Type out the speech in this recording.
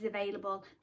available